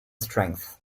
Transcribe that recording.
strength